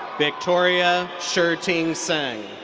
victoria shir-ting tseng.